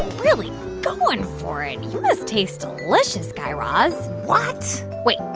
really going for it. you must taste delicious, guy raz what? wait.